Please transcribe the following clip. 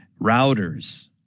routers